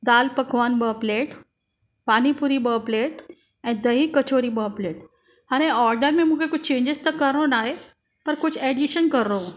दाल पकवान ॿ प्लेट पानीपुरी ॿ प्लेट ऐं दही कचोरी ॿ प्लेट हाणे ऑडर में मूंखे कुझु चेंजेस त करिणो नाहे पर कुझु ऐडीशन करिणो हुओ